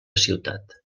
ciutat